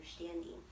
understanding